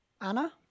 Anna